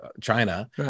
China